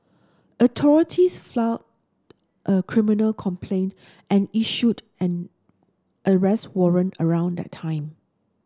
authorities filed a criminal complaint and issued an arrest warrant around that time